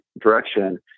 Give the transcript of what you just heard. direction